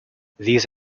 these